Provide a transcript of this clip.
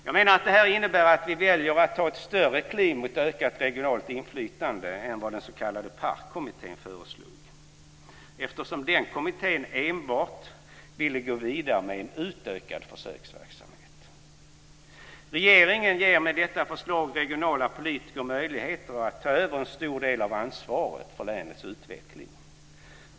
Jag menar att detta innebär att vi väljer att ta ett större kliv mot ökat regionalt inflytande än vad PARK föreslog, eftersom den kommittén enbart ville gå vidare med en utökad försöksverksamhet. Regeringen ger med detta förslag regionala politiker möjligheter att ta över en stor del av ansvaret för länets utveckling.